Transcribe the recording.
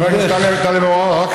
חבר הכנסת טלב אבו עראר,